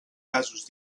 casos